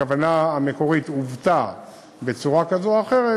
שהכוונה המקורית עוותה בצורה כזו או אחרת,